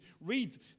read